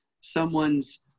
someone's